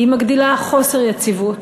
היא מגדילה חוסר יציבות.